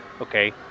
okay